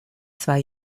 zwei